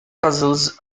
puzzles